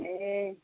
ए